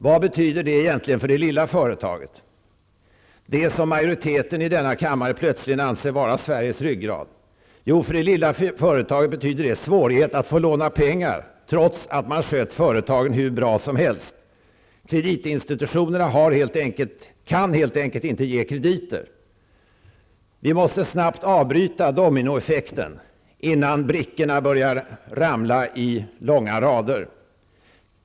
Vad betyder det egentligen för det lilla företaget, det som majoriteten i denna kammare plötsligt anser vara Sveriges ryggrad? Jo, för det lilla företaget betyder det svårigheter att få låna pengar, trots att man har skött sitt företag hur bra som helst. Kreditinstitutionerna kan helt enkelt inte ge krediter. Vi måste snabbt avbryta dominoeffekten innan brickorna börjar ramla i långa rader.